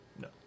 No